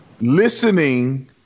Listening